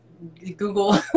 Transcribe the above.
Google